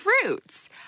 fruits